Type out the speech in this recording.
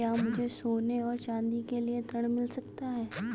क्या मुझे सोने और चाँदी के लिए ऋण मिल सकता है?